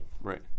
Right